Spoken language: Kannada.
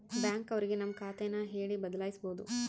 ಬ್ಯಾಂಕ್ ಅವ್ರಿಗೆ ನಮ್ ಖಾತೆ ನ ಹೇಳಿ ಬದಲಾಯಿಸ್ಬೋದು